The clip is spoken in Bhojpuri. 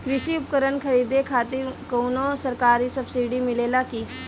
कृषी उपकरण खरीदे खातिर कउनो सरकारी सब्सीडी मिलेला की?